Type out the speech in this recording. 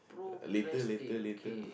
later later later ah